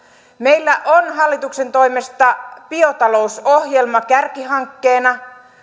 meillä on hallituksen toimesta biotalousohjelma kärkihankkeena